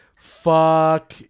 Fuck